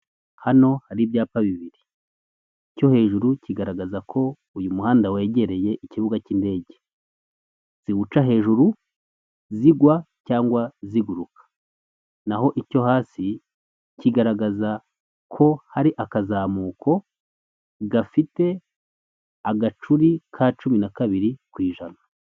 Hano hari ibyapa bibiri icyo hejuru kigaragaza ko uyu muhanda wegereye ikibuga cy'indege, ziwuca hejuru zigwa cyangwa ziguruka, n'aho icyo hasi kigaragaza ko hari akazamuko gafite agacuri ka cumi na kabiri kw'ijana.